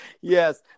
Yes